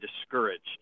discouraged